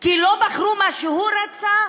כי לא בחרו מה שהוא רצה?